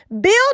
Build